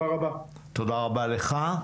רבה לך.